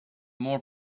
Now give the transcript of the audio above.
more